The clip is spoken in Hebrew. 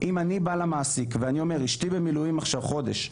אם אני בא למעסיק ואני אומר 'אשתי במילואים עכשיו חודש,